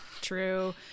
true